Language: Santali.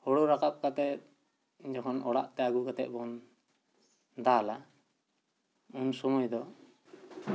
ᱦᱳᱲᱳ ᱨᱟᱠᱟᱵ ᱠᱟᱛᱮᱫ ᱡᱚᱠᱷᱚᱱ ᱚᱲᱟᱜᱛᱮ ᱟᱹᱜᱩ ᱠᱟᱛᱮᱵᱚᱱ ᱫᱟᱞᱟ ᱩᱱ ᱥᱚᱢᱚᱭ ᱫᱚ